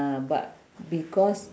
ah but because